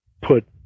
put